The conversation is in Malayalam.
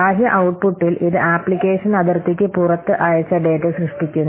ബാഹ്യ ഔട്ട്പുട്ടിൽ ഇത് അപ്ലിക്കേഷൻ അതിർത്തിക്ക് പുറത്ത് അയച്ച ഡാറ്റ സൃഷ്ടിക്കുന്നു